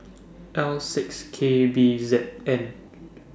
L six K B Z N